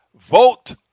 vote